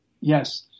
Yes